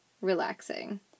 relaxing